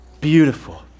Beautiful